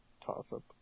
toss-up